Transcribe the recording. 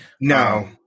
No